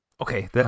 Okay